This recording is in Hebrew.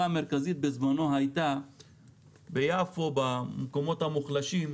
המרכזית בזמנו הייתה ביפו במקומות המוחלשים,